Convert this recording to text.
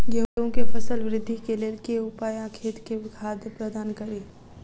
गेंहूँ केँ फसल वृद्धि केँ लेल केँ उपाय आ खेत मे खाद प्रदान कड़ी?